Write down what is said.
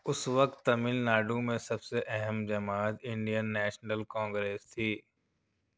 اس وقت تمل ناڈو میں سب سے اہم جماعت انڈین نیشنل کانگریس تھی